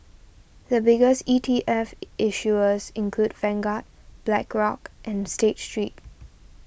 the biggest E T F issuers include Vanguard Blackrock and State Street